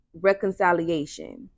reconciliation